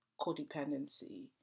codependency